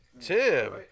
Tim